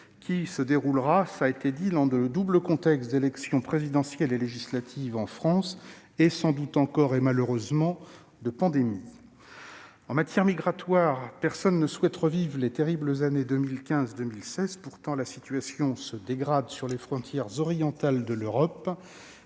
qui se déroulera, cela a été dit, dans un double contexte de l'élection présidentielle et législatives en France et sans doute encore, malheureusement, de pandémie. En matière migratoire, personne ne souhaite revivre les terribles années 2015 et 2016. Pourtant, la situation se dégrade sur les frontières orientales de l'Europe